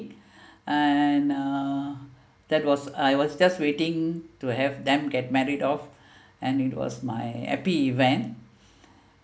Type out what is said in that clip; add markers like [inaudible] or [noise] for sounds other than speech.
and uh that was I was just waiting to have them get married off [breath] and it was my happy event